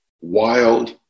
wild